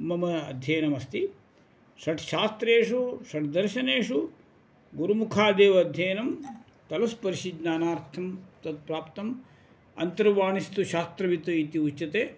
मम अध्ययनमस्ति षड्शास्त्रेषु षड्दर्शनेषु गुरुमुखादेव अध्ययनं तलस्पर्शिज्ञानार्थं तत् प्राप्तम् अन्तर्वाणिस्तु शास्त्रवित् इति उच्यते